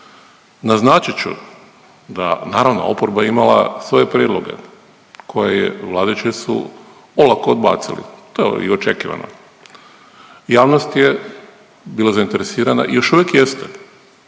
Naznačit ću da naravno oporba je imala svoje prijedloge koje je vladajući su olako odbacili, to je i očekivano. Javnost je bila zainteresirana i još uvijek jeste